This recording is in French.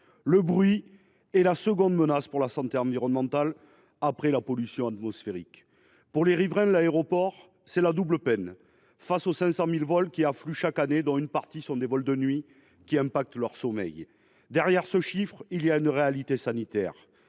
Le bruit est la seconde menace pour la santé environnementale, après la pollution atmosphérique. Pour les riverains de l'aéroport de Roissy, c'est la double peine. Les 500 000 vols qui ont lieu chaque année, dont une partie se fait de nuit, perturbent leur sommeil. Derrière ce chiffre, il y a une réalité sanitaire.